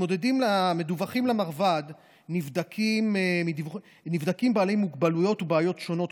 מדווחים למרב"ד נבדקים בעלי מוגבלויות ובעיות שונות,